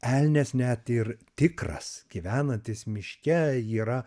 elnias net ir tikras gyvenantis miške yra